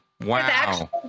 wow